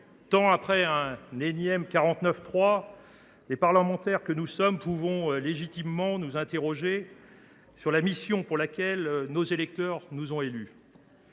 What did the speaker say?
tant, après un énième 49.3, les parlementaires que nous sommes pouvons légitimement nous interroger sur le sens de la mission pour laquelle nos électeurs nous ont élus.